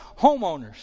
homeowners